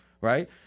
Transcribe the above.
right